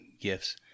gifts